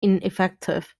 ineffective